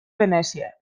venècia